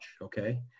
okay